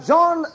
John